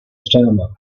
stammer